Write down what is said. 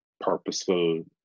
purposeful